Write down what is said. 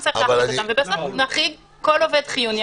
בסוף נחריג כל עובד חיוני.